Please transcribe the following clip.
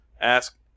Ask